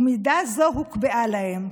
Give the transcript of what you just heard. ומידה זו הוקבעה להם".